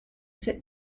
sit